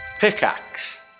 Pickaxe